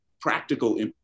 practical